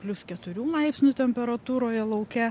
plius keturių laipsnių temperatūroje lauke